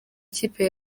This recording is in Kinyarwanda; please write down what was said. kipe